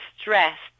stressed